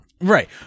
right